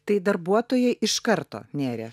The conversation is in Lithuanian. tai darbuotojai iš karto nėrė